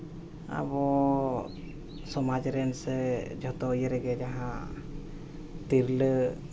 ᱟᱵᱚ ᱥᱚᱢᱟᱡᱽ ᱨᱮ ᱥᱮ ᱡᱚᱛᱚ ᱤᱭᱟᱹ ᱨᱮᱜᱮ ᱡᱟᱦᱟᱸ ᱛᱤᱨᱞᱟᱹ